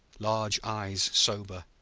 large eyes sober,